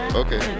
okay